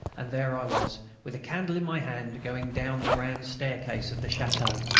and there i was, with a candle in my hand, going down the grand staircase of the chateau.